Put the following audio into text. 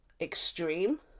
extreme